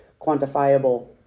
quantifiable